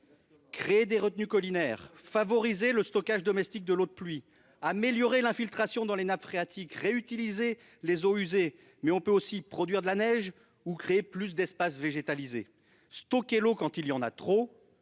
Créer des retenues collinaires, favoriser le stockage domestique de l'eau de pluie, améliorer l'infiltration dans les nappes phréatiques, réutiliser les eaux usées- mais on peut aussi produire de la neige ou créer davantage d'espaces végétalisés -, stocker l'eau quand il y en a trop,